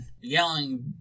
yelling